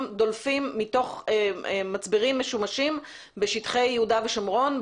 דולפים מתוך מצברים משומשים בשטחי יהודה ושומרון,